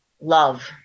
love